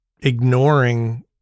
ignoring